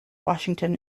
washington